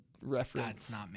reference